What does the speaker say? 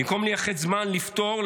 במקום לייחד זמן לפתור,